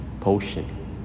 potion